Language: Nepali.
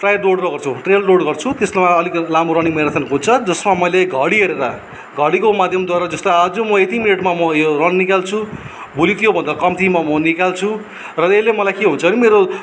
ट्राई दौडमा गर्छु ट्रेल रोड गर्छु त्यसमा अलिक लामो रनिङ मेराथन हुन्छ जसमा मैले घडी हेरेर घडीको माद्यमद्वारा जस्तो आज म यति मिनटमा म यो रन निकाल्छु भोलि त्योभन्दा कम्तीमा म निकाल्छु र यसले मलाई के हुन्छ भने मेरो